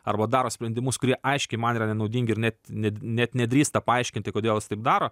arba daro sprendimus kurie aiškiai man yra nenaudingi ir net net net nedrįsta paaiškinti kodėl jis taip daro